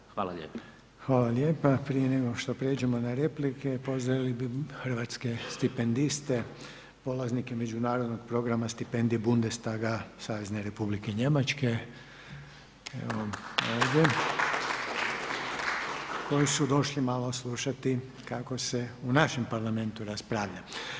Prije nego što pređemo na replike, pozdravili bi hrvatske stipendiste, polaznike međunarodnog programa stipendije Bundestaga, Savezne Republike Njemačke … koji su došli malo slušati kako se u našem Parlamentu raspravlja.